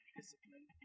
Discipline